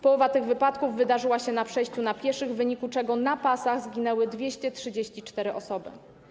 Połowa tych wypadków wydarzyła się na przejściu dla pieszych, w wyniku czego na pasach zginęły 234 osoby.